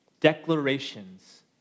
declarations